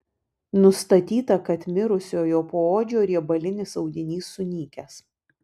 nustatyta kad mirusiojo poodžio riebalinis audinys sunykęs